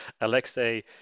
Alexei